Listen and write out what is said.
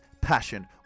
passion